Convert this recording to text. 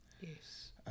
Yes